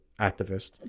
activist